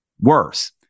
worse